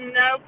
no